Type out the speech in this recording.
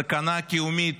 סכנה קיומית